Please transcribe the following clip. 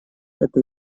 это